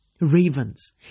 Ravens